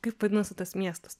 kaip vadinosi tas miestas